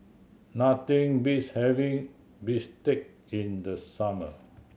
nothing beats having bistake in the summer